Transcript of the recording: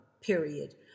period